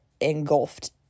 engulfed